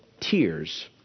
tears